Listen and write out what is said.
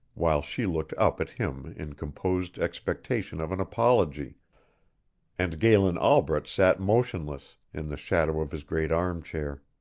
while she looked up at him in composed expectation of an apology and galen albret sat motionless, in the shadow of his great arm-chair.